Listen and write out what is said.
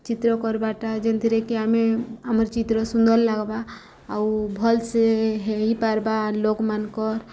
ଚିତ୍ର କର୍ବାଟା ଯେନ୍ଥିରେକି ଆମେ ଆମର୍ ଚିତ୍ର ସୁନ୍ଦର୍ ଲାଗ୍ବା ଆଉ ଭଲ୍ସେ ହେଇପାର୍ବା ଲୋକ୍ମାନଙ୍କର୍